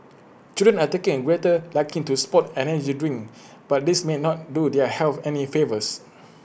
children are taking A greater liking to sports and energy drinks but these may not do their health any favours